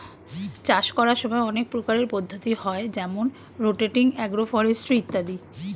চাষ করার সময় অনেক প্রকারের পদ্ধতি হয় যেমন রোটেটিং, এগ্রো ফরেস্ট্রি ইত্যাদি